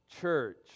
church